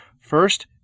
First